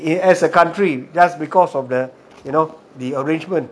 as a country just because of that you know the arrangement